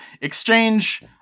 exchange